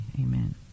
Amen